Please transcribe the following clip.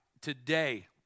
Today